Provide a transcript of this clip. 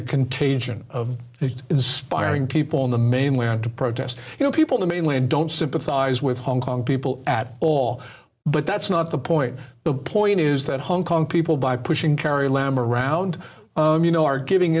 a contagion of inspiring people on the mainland to protest you know people the mainland don't sympathise with hong kong people at all but that's not the point the point is that hong kong people by pushing kerry lamb around you know are giving